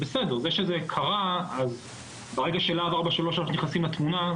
כשמשהו קורה אז להב 433 נכנסים לתמונה.